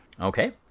Okay